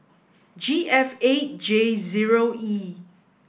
G F A J zero E